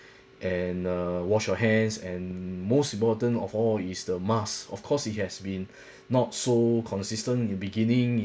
and uh wash your hands and most important of all is the mask of course it has been not so consistent in beginning